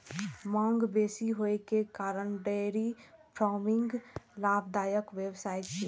मांग बेसी होइ के कारण डेयरी फार्मिंग लाभदायक व्यवसाय छियै